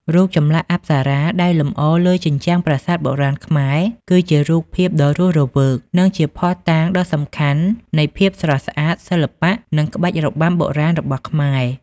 រូបចម្លាក់អប្សរាដែលលម្អលើជញ្ជាំងប្រាសាទបុរាណខ្មែរ គឺជារូបភាពដ៏រស់រវើក និងជាភស្តុតាងដ៏សំខាន់នៃ ភាពស្រស់ស្អាត សិល្បៈ និងក្បាច់របាំបុរាណ របស់ខ្មែរ។